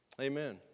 Amen